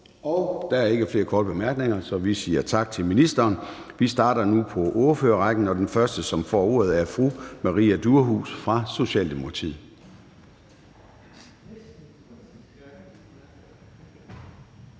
Der er ikke flere korte bemærkninger, så vi siger tak til ministeren. Vi starter nu på ordførerrækken, og den første, som får ordet, er fru Maria Durhuus fra Socialdemokratiet.